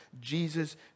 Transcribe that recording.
Jesus